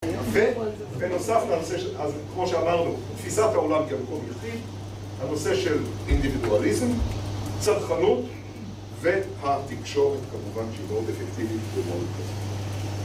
ובנוסף לנושא, אז כמו שאמרנו, תפיסת העולם היא המקום היחיד, הנושא של אינדיבידואליזם, צד חנות והתקשורת כמובן שהיא מאוד אפקטיבית ומאוד פשוטה.